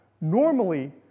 normally